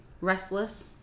restless